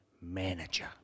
manager